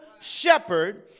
shepherd